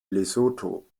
lesotho